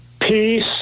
Peace